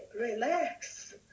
relax